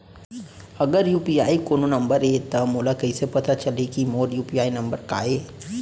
अगर यू.पी.आई कोनो नंबर ये त मोला कइसे पता चलही कि मोर यू.पी.आई नंबर का ये?